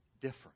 different